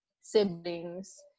siblings